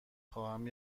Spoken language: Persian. خواهم